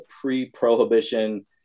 pre-prohibition